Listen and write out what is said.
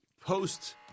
post